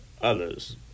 others